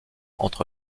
entre